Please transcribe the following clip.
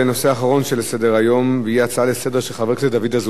והוא הצעה לסדר-היום של חבר הכנסת דוד אזולאי: פרויקט שח"ף